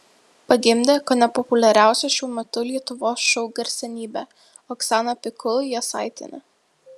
pagimdė kone populiariausia šiuo metu lietuvos šou garsenybė oksana pikul jasaitienė